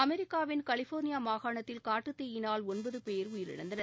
அமெிக்காவின் California மாகாணத்தில் காட்டுத் தீயினால் ஒன்பது பேர் உயிரிழந்தனர்